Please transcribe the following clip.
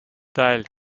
teil